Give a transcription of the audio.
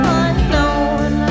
unknown